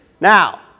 Now